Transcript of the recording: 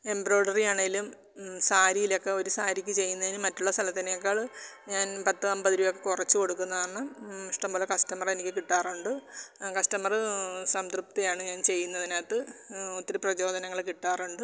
embroidery ആണെങ്കിലും സാരിയിലൊക്കെ ഒരു സാരിക്ക് ചെയ്യുന്നതിന് മറ്റുള്ള സ്ഥലത്തിനേക്കാൾ ഞാൻ പത്തോ അമ്പത് രൂപയൊക്കെ കുറച്ച് കൊടുക്കുന്നത് ആണ് ഇഷ്ടം പോലെ കസ്റ്റമർ എനിക്ക് കിട്ടാറുണ്ട് കസ്റ്റമറ് സംതൃപ്തിയാണ് ഞാൻ ചെയ്യുന്നതിനകത്ത് ഒത്തിരി പ്രചോദനങ്ങൾ കിട്ടാറുണ്ട്